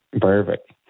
Perfect